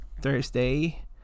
Thursday